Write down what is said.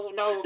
no